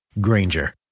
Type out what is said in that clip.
Granger